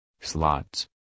Slots